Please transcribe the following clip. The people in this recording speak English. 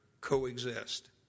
coexist